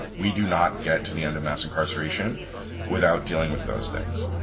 we do not get to the end of mass incarceration without dealing with those things